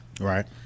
right